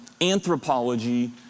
anthropology